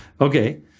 Okay